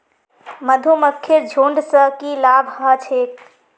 मधुमक्खीर झुंड स की लाभ ह छेक